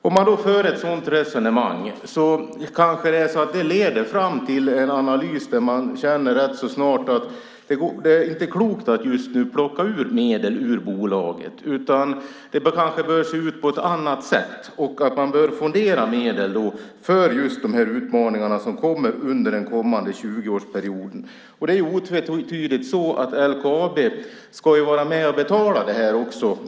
Om man för ett sådant resonemang kanske det leder fram till en analys där man rätt så snart känner att det inte är så klokt att just nu plocka ut medel ur bolaget. Det kanske bör se ut på ett annat sätt. Man kanske behöver fondera medel för de utmaningar som kommer under den kommande 20-årsperioden. Det är otvetydigt så att LKAB ska vara med och betala det här också.